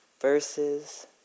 verses